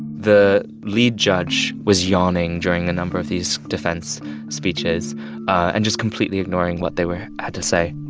the lead judge was yawning during a number of these defense speeches and just completely ignoring what they were had to say